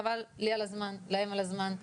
חבל לי על הזמן, להם על הזמן.